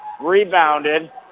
Rebounded